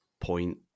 point